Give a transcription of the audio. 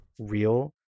real